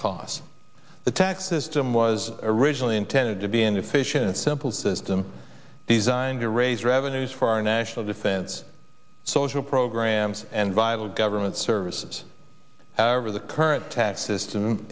costs the tax system was originally intended to be an efficient simple system designed to raise revenues for our national defense social programs and vital government services over the current tax system